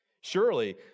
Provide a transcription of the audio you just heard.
Surely